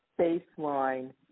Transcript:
baseline